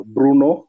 Bruno